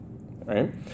right